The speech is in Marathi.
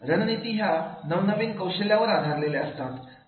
रणनीती ह्या नवनवीन कौशल्यावर आधारलेल्या असतात